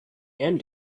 and